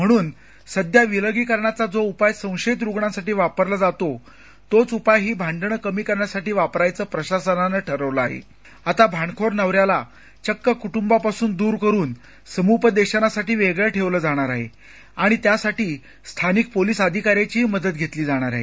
उलट सध्या विलगीकरणाचा जो उपाय संशयित रुग्णांसाठी वापरला जातो तोच उपाय ही भांडणे कमी करण्यासाठी अधिक प्रभावी ठरेल असं प्रशासनाच्या लक्षात आल्याने आता भांडखोर नवऱ्याला चक्क कुटुंबापासून दूर करून समुपदेशनासाठी वेगळं ठेवलं जाणार आहे आणि त्यासाठी स्थानिक पोलीस अधिकाऱ्याचीही मदत घेतली जाणार आहे